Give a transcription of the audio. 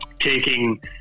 taking